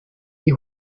die